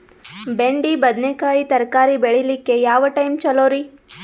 ಬೆಂಡಿ ಬದನೆಕಾಯಿ ತರಕಾರಿ ಬೇಳಿಲಿಕ್ಕೆ ಯಾವ ಟೈಮ್ ಚಲೋರಿ?